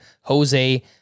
Jose